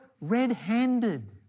red-handed